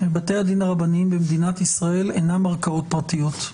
ובתי הדין הרבניים במדינת ישראל אינם ערכאות פרטיות,